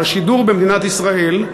על השידור במדינת ישראל,